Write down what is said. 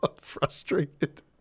frustrated